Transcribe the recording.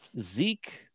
Zeke